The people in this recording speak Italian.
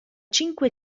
cinque